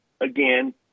again